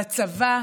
בצבא,